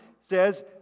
says